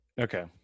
Okay